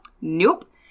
Nope